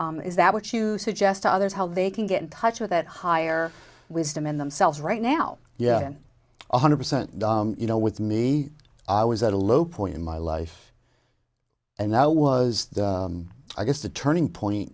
is that what you suggest to others how they can get in touch with that higher wisdom in themselves right now yeah one hundred percent you know with me i was at a low point in my life and now was i guess the turning point